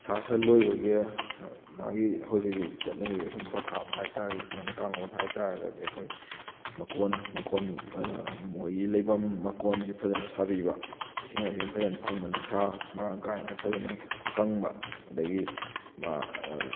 ꯁꯥ ꯁꯟ ꯂꯣꯏꯕꯒꯤ ꯃꯥꯒꯤ ꯍꯧꯖꯤꯛ ꯍꯧꯖꯤꯛ ꯆꯠꯅꯔꯤꯕ ꯁꯨꯝ ꯄꯊꯥꯞ ꯍꯥꯏꯇꯥꯔꯦ ꯆꯠꯅ ꯀꯥꯡꯂꯣꯟ ꯍꯥꯏꯇꯥꯔꯒꯗꯤ ꯑꯩꯈꯣꯏ ꯃꯀꯣꯟ ꯃꯈꯣꯟ ꯃꯣꯏꯒꯤ ꯂꯩꯐꯝ ꯃꯀꯣꯟꯁꯤ ꯐꯖꯅ ꯁꯥꯕꯤꯕ ꯏꯁꯤꯡ ꯃꯥꯏꯁꯤꯡ ꯐꯖꯅ ꯐꯪꯕ ꯅꯨꯡꯁꯥ ꯃꯔꯥꯡ ꯀꯥꯏꯅ ꯐꯖꯅ ꯐꯪꯕ ꯑꯗꯒꯤ ꯃꯥ